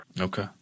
Okay